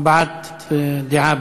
הבעת דעה.